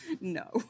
No